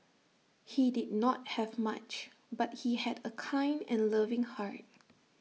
he did not have much but he had A kind and loving heart